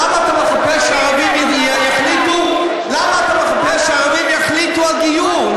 למה אתה מחפש שהערבים יחליטו על גיור?